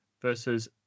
versus